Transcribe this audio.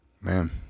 Man